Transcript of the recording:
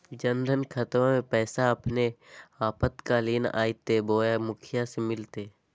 जन धन खाताबा में पैसबा अपने आपातकालीन आयते बोया मुखिया से मिलते?